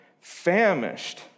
famished